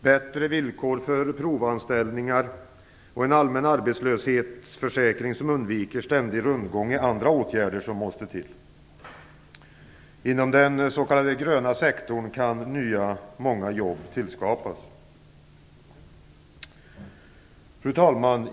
Bättre villkor för provanställningar och en allmän arbetslöshetsförsäkring som undviker ständig rundgång är andra åtgärder som måste till. Inom den s.k. gröna sektorn kan många nya jobb tillskapas. Fru talman!